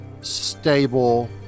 stable